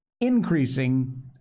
increasing